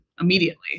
immediately